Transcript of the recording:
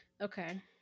Okay